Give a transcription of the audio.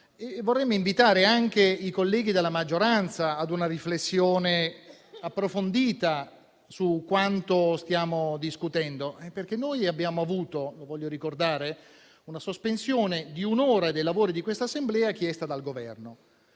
vorremmo invitare anche i colleghi della maggioranza ad una riflessione approfondita su quanto stiamo discutendo. Noi abbiamo avuto, lo voglio ricordare, una sospensione di un'ora dei lavori di questa Assemblea, chiesta dal Governo.